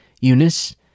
Eunice